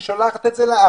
היא שולחת את זה לארץ.